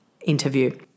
interview